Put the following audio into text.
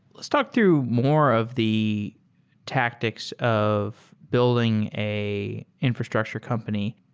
let's talk through more of the tactics of building a infrastructure company.